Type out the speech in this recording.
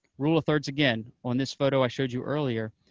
rules of thirds again. on this photo i showed you earlier,